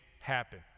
happen